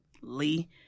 Lee